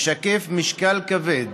משקפת משקל כבד